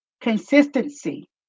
consistency